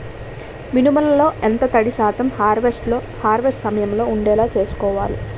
మినుములు లో ఎంత తడి శాతం హార్వెస్ట్ సమయంలో వుండేలా చుస్కోవాలి?